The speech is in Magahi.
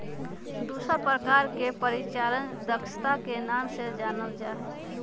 दूसर प्रकार के परिचालन दक्षता के नाम से जानल जा हई